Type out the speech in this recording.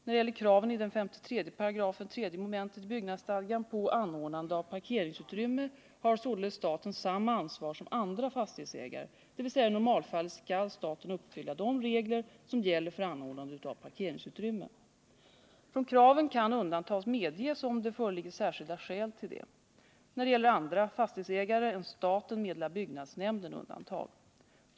När det gäller kraven i 53 § 3 mom. byggnadsstadgan på anordnande av parkeringsutrymme har således staten samma ansvar som andra fastighetsägare, dvs. i normalfallet skall staten följa de regler som gäller för anordnande av parkeringsutrymme. Från kraven kan undantag medges om det föreligger särskilda skäl till det. När det gäller andra fastighetsägare än staten meddelar byggnadsnämnden undantag.